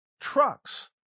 trucks